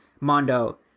Mondo